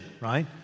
right